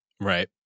Right